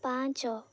ପାଞ୍ଚ